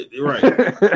Right